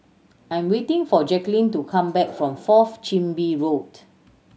I'm waiting for Jaquelin to come back from Fourth Chin Bee Road